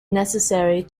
necessary